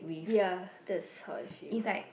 ya that's how I feel